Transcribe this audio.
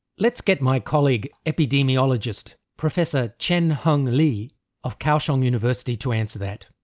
let's get my colleague epidemiologist professor chien-hung lee of kaohsiung university to answer that.